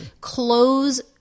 close